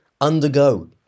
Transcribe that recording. undergo